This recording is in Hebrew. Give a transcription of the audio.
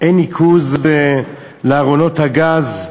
אין ניקוז לארונות הגז,